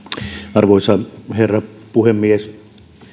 arvoisa herra puhemies